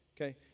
Okay